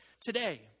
today